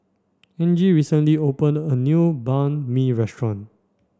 Angie recently opened a new Banh Mi restaurant